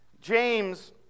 James